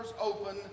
open